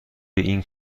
این